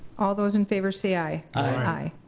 all those in favor say aye. aye.